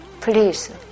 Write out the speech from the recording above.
please